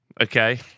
Okay